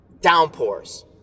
downpours